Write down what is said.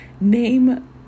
name